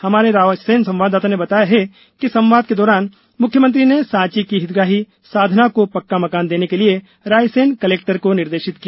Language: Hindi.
हमारे रायसेन संवाददाता ने बताया है कि संवाद के दौरान मुख्यमंत्री ने सांची की हितग्राही साधना को पक्का मकान देने के लिये रायसेन कलेक्टर को निर्देशित किया